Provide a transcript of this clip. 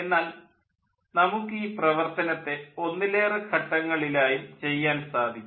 എന്നാൽ നമുക്ക് ഈ പ്രവർത്തനത്തെ ഒന്നിലേറെ ഘട്ടങ്ങളിലായും ചെയ്യാൻ സാധിക്കും